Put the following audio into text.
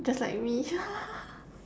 just like me